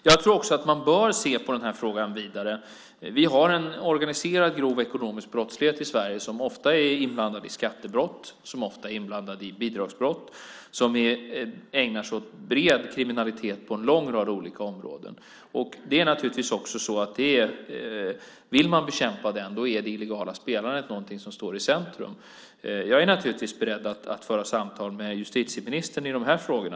Man bör också se på frågan i ett vidare perspektiv. Vi har en organiserad grov ekonomisk brottslighet i Sverige som ofta är inblandad i skattebrott och bidragsbrott och som ägnar sig åt bred kriminalitet på en lång rad olika områden. Vill man bekämpa denna brottslighet står det illegala spelandet i centrum. Jag är naturligtvis beredd att föra samtal med justitieministern i dessa frågor.